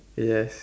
yes